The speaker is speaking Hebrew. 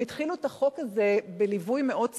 הם התחילו את החוק הזה בליווי מאוד ציני,